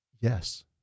Yes